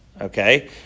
okay